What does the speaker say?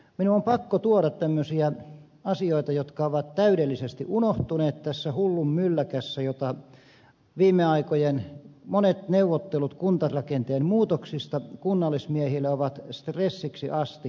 minun on pakko tuoda tämmöisiä asioita jotka ovat täydellisesti unohtuneet tässä hullunmylläkässä jota viime aikojen monet neuvottelut kuntarakenteen muutoksista kunnallismiehille ovat stressiksi asti aiheuttaneet